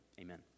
amen